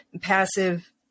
passive